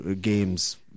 games